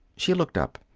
she looked up.